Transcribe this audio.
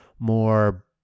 more